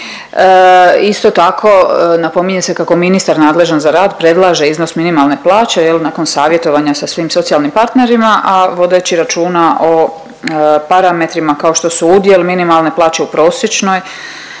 Isto tako, napominje se kako ministar nadležan za rad predlaže iznos minimalne plaće jel nakon savjetovanja sa svim socijalnim partnerima, a vodeći računa o parametrima kao što su udjel minimalne plaće u prosječnoj